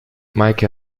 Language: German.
meike